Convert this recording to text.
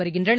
வருகின்றன